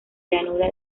llanura